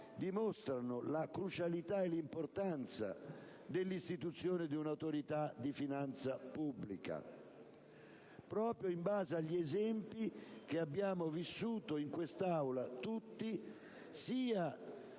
dimostrano la crucialità e l'importanza dell'istituzione di una autorità di finanza pubblica, proprio in base agli esempi che tutti abbiamo vissuto in questa Aula, sia